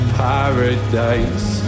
paradise